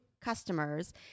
customers